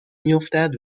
میافتد